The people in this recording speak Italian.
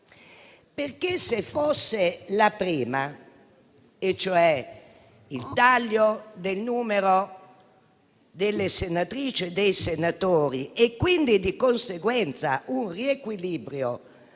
il caso fosse il primo, cioè il taglio del numero delle senatrici e dei senatori e quindi, di conseguenza, un riequilibrio